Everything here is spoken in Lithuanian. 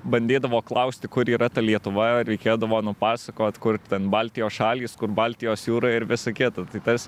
bandydavo klausti kur yra ta lietuva reikėdavo nupasakot kur ten baltijos šalys kur baltijos jūra ir visa kita tai tas